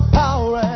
power